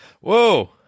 Whoa